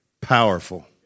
Powerful